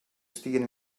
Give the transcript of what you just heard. estiguin